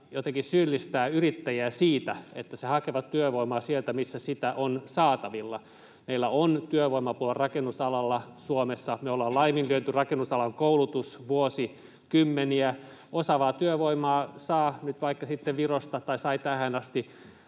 irvokasta syyllistää yrittäjiä siitä, että he hakevat työvoimaa sieltä, mistä sitä on saatavilla. Meillä on Suomessa rakennusalalla työvoimapula. Me ollaan laiminlyöty rakennusalan koulutus vuosikymmeniä. Osaavaa työvoimaa saa nyt vaikka sitten Virosta — tai sai tähän asti.